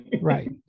Right